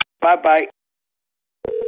Bye-bye